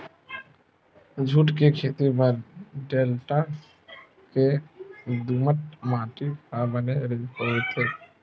jute के खेती बर डेल्टा के दुमट माटी ह बने होथे